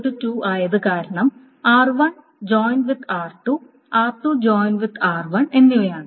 Cn 2 ആയത് കാരണം എന്നിവയാണ്